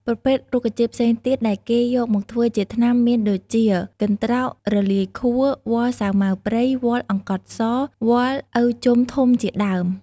ប្រភេទ រុក្ខជាតិផ្សេងទៀតដែលគេយកមកធ្វើជាថ្នាំមានដូចជា កន្ទ្រោករលាយខួរ វល្លិសាវម៉ាវព្រៃ វល្លិអង្គត់ស វល្លិឪជំធំជាដើម។